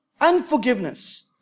unforgiveness